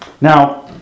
Now